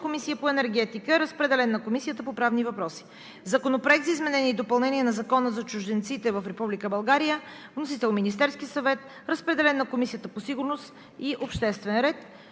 Комисията по енергетика. Разпределен е на Комисията по правни въпроси. Законопроект за изменение и допълнение на Закона за чужденците в Република България. Вносител е Министерският съвет. Разпределен е на Комисията по сигурност и обществен ред,